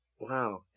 Wow